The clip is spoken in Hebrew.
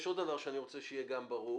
יש עוד דבר שאני רוצה שיהיה גם ברור,